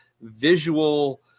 visual